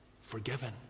forgiven